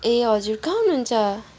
ए हजुर कहाँ हुनुहुन्छ